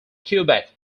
quebec